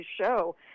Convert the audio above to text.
show